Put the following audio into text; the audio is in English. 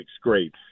great